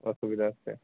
ਅਸੁਵਿਧਾ ਵਾਸਤੇ